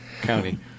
County